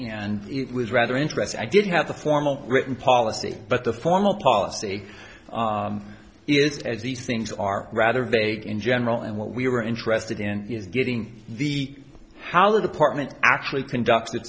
and it was rather interesting i didn't have the formal written policy but the formal policy is as these things are rather vague in general and what we were interested in is getting the how the department actually conduct